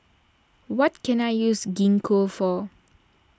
what can I use Gingko for